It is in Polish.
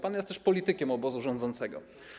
Pan jest też politykiem obozu rządzącego.